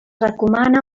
recomana